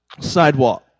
sidewalk